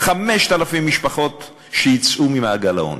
5,000 משפחות שיצאו ממעגל העוני.